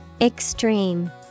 Extreme